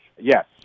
Yes